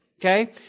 Okay